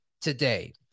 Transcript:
today